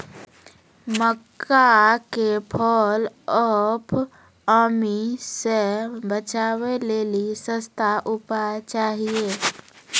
मक्का के fall of army से बचाबै लेली सस्ता उपाय चाहिए?